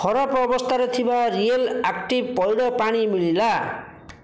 ଖରାପ୍ ଅବସ୍ଥାରେ ଥିବା ରିଏଲ୍ ଆକ୍ଟିଭ୍ ପଇଡ଼ ପାଣି ମିଳିଲା